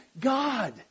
God